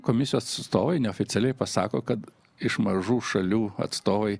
komisijos atstovai neoficialiai pasako kad iš mažų šalių atstovai